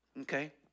okay